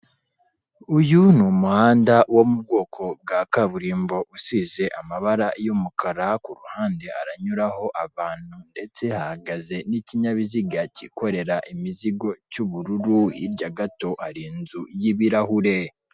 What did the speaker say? Uyu ni umuhanda wo mu bwoko bwa kaburimbo usize amabara y'umukara, ku ruhande haranyuraho abantu ndetse hahagaze n'ikinyabiziga cyikorera imizigo cy'ubururu, hirya gato hari inzu y'ibirahure.